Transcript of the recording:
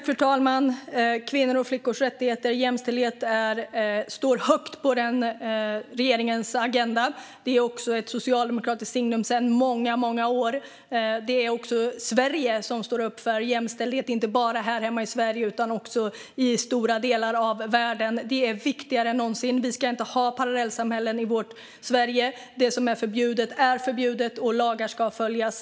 Fru talman! Kvinnors och flickors rättigheter och jämställdhet står högt på regeringens agenda. Detta är ett socialdemokratiskt signum sedan många år. Det är också Sverige som står upp för jämställdhet, inte bara här hemma i Sverige utan också i stora delar av världen. Detta är viktigare än någonsin. Vi ska inte ha parallellsamhällen i Sverige. Det som är förbjudet är förbjudet, och lagar ska följas.